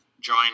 join